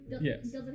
Yes